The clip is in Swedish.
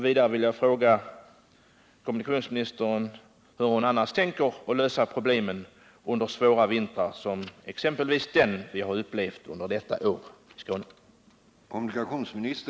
Vidare vill jag fråga kommunikationsministern hur hon annars tänker lösa problemen under svåra vintrar, som exempelvis den som vi detta år har upplevt i Skåne.